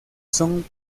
son